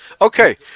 Okay